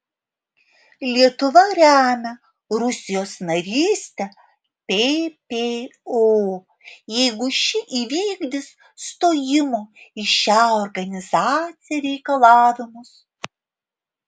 lietuva remia rusijos narystę ppo jeigu ši įvykdys stojimo į šią organizaciją reikalavimus